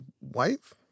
wife